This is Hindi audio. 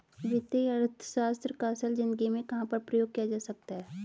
वित्तीय अर्थशास्त्र का असल ज़िंदगी में कहाँ पर प्रयोग किया जा सकता है?